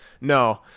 no